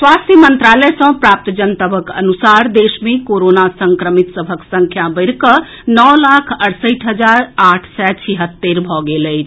स्वास्थ्य मंत्रालय सँ प्राप्त जनतबक अनुसार देश मे कोरोना संक्रमित सभक संख्या बढ़िकऽ नओ लाख अड़सठि हजार आठ सय छिहत्तरि भऽ गेल अछि